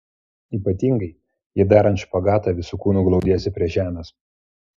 ypatingai jei darant špagatą visu kūnu glaudiesi prie žemės